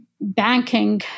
banking